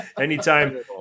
anytime